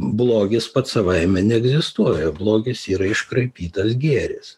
blogis pats savaime neegzistuoja blogis yra iškraipytas gėris